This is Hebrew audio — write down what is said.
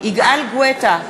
יגאל גואטה,